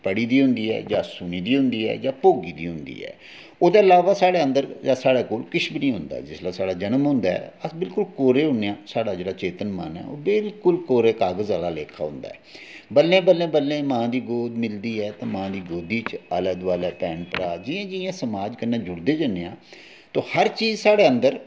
पढ़ी दी होंदी ऐ जां सुनी दी होंदी ऐ जां भोगी दी होंदी ऐ उ'दे लावा साढ़ै अंदर किश बी नी होंंदा जिसलै साढ़ा जन्म होंदा ऐ अस बिल्कुल कोरे होन्ने आं साढ़ा जेह्ड़ा चेतन मन ऐ ओह् बिल्कुल कोरे कागज आह्ले लेखा होंदा ऐ बल्लें बल्लें मां दी गोद मिलदी ऐ मां दी गोदी च आलै दुआलै भैन भ्रा जि'यां जि'यां समाज कन्नै जुड़दे जन्ने आं ते ओह् हर चीज साढ़े अंदर